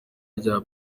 rya